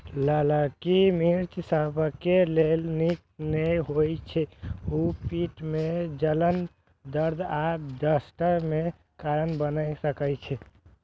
ललकी मिर्च सबके लेल नीक नै होइ छै, ऊ पेट मे जलन, दर्द आ दस्त के कारण बनि सकै छै